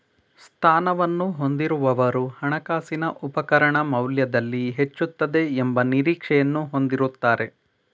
ಸ್ಥಾನವನ್ನು ಹೊಂದಿರುವವರು ಹಣಕಾಸಿನ ಉಪಕರಣ ಮೌಲ್ಯದಲ್ಲಿ ಹೆಚ್ಚುತ್ತದೆ ಎಂಬ ನಿರೀಕ್ಷೆಯನ್ನು ಹೊಂದಿರುತ್ತಾರೆ